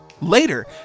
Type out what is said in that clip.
Later